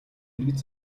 эргэж